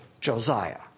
Josiah